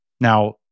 Now